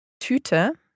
Tüte